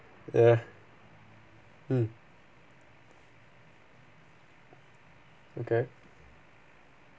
ya mm okay